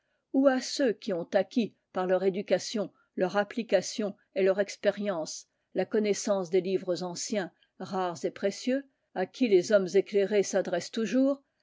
ou à ceux qui ont acquis par leur éducation leur application et leur expérience la connaissance des livres anciens rares et précieux à qui les hommes éclairés s'adressent toujours